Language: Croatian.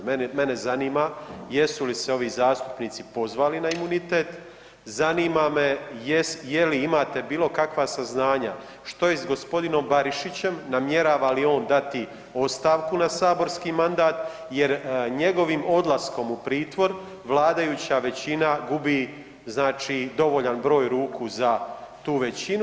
Mene zanima jesu li se ovi zastupnici pozvali na imunitet, zanima me je li imate bilo kakva saznanja što je s g. Barišićem, namjerava li on dati ostavku na saborski mandat jer njegovim odlaskom u pritvor vladajuća većina gubi znači dovoljan broj ruku za tu većinu.